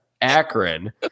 Akron